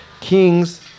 Kings